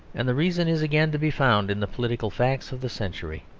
and the reason is again to be found in the political facts of the century.